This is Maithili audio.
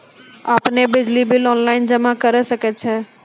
आपनौ बिजली बिल ऑनलाइन जमा करै सकै छौ?